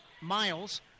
Miles